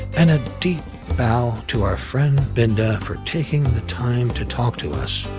and a deep bow to our friend binda for taking the time to talk to us.